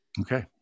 Okay